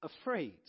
afraid